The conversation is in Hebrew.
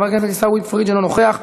חבר הכנסת עיסאווי פריג' אינו נוכח.